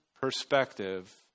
perspective